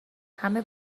همه